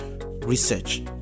research